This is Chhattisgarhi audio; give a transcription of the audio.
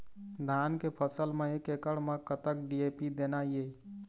धान के फसल म एक एकड़ म कतक डी.ए.पी देना ये?